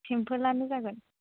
सिम्पोलआनो जागोन